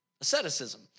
Asceticism